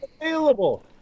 Available